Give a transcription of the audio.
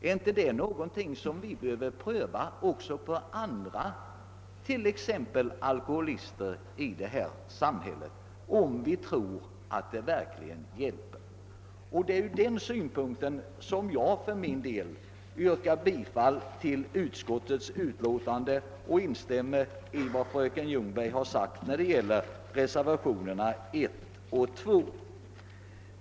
Är inte det någonting som vi behöver pröva också för andra, t.ex. alkoholister, om vi tror att det verkligen hjälper? Det är från den synpunkten som jag för min del yrkar bifall till utskottets hemställan och instämmer i vad fröken Ljungberg har sagt om reservationerna 1 och 2.